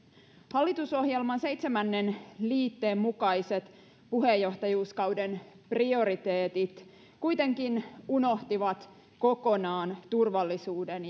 hallitusohjelman seitsemännen liitteen mukaiset puheenjohtajuuskauden prioriteetit kuitenkin unohtivat kokonaan turvallisuuden